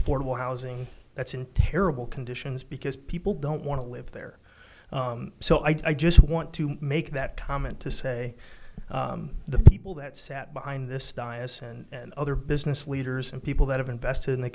affordable housing that's in terrible conditions because people don't want to live there so i just want to make that comment to say the people that sat behind this diocese and other business leaders and people that have invested in the